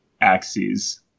axes